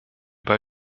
bei